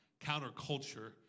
counterculture